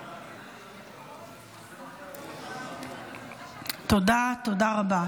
ניסים ואטורי, מטי צרפתי הרכבי,